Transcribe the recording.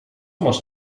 masz